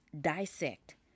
dissect